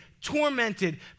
tormented